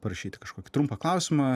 parašyti kažkokį trumpą klausimą